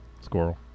Squirrel